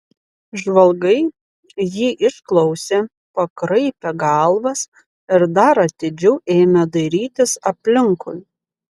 žvalgai jį išklausė pakraipė galvas ir dar atidžiau ėmė dairytis aplinkui